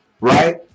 right